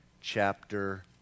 Chapter